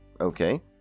Okay